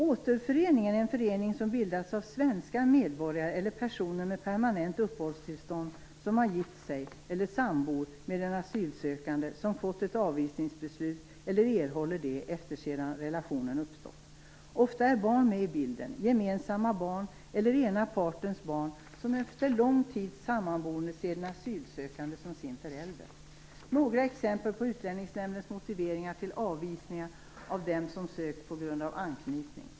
Återföreningen är en förening som bildats av svenska medborgare eller personer med permanent uppehållstillstånd som har gift sig eller sambor med en asylsökande som fått ett avvisningsbeslut eller erhållit ett sådant efter att relationen uppstått. Ofta är barn med i bilden - gemensamma barn eller den ena partens barn - som efter lång tids sammanboende ser den asylsökande som sin förälder. Jag har några exempel på Utlänningsnämndens motiveringar vid avvisningar av dem som sökt på grund av anknytning.